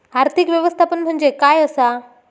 आर्थिक व्यवस्थापन म्हणजे काय असा?